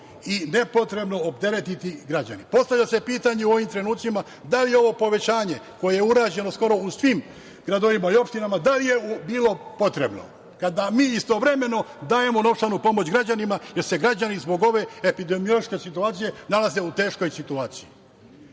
i nepotrebno opteretiti građane. Postavlja se pitanje u ovim trenucima da li je ovo povećanje koje je urađeno skoro u svim gradovima i opštinama da li je bilo potrebno kada mi istovremeno dajemo novčanu pomoć građanima jer se građani zbog ove epidemiološke situacije nalaze u teškoj situaciji. Druga